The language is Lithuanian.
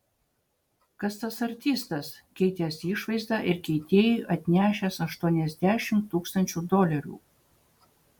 kas tas artistas keitęs išvaizdą ir keitėjui atnešęs aštuoniasdešimt tūkstančių dolerių